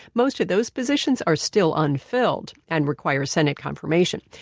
most of those positions are still unfilled and require senate confirmation.